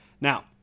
Now